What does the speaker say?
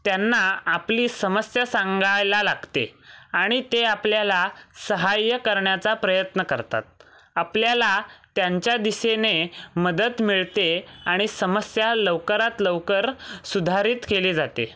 त्यांना आपली समस्या सांगायला लागते आणि ते आपल्याला सहाय्य करण्याचा प्रयत्न करतात आपल्याला त्यांच्या दिशेने मदत मिळते आणि समस्या लवकरात लवकर सुधारित केली जाते